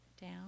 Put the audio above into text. Down